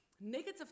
negative